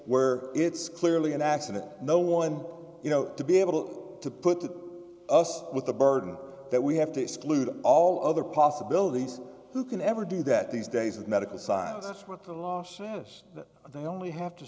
where it's clearly an accident no one you know to be able to put us with the burden of that we have to exclude all other possibilities who can ever do that these days of medical science that's what the los angeles they only have to